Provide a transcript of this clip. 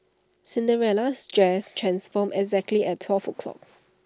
Cinderella's dress transformed exactly at twelve o'clock